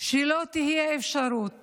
לא תהיה אפשרות